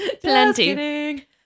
Plenty